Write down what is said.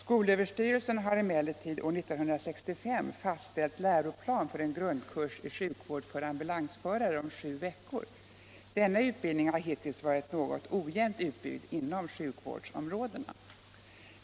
Skolöverstyrelsen har emellertid år 1965 fastställt läroplan för en grundkurs i sjukvård för ambulansförare om sju veckor. Denna utbildning har hittills varit något ojämnt utbyggd inom sjukvårdsområdena.